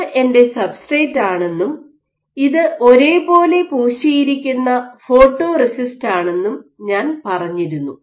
ഇത് എന്റെ സബ്സ്ട്രേറ്റ്ണെന്നും ഇത് ഒരേപോലെ പൂശിയിരിക്കുന്ന ഫോട്ടോറെസിസ്റ്റാണെന്നും ഞാൻ പറഞ്ഞിരുന്നു